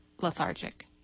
lethargic